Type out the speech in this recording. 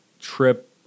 trip